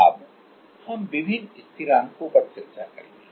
अब हम विभिन्न स्थिरांको पर चर्चा करेंगे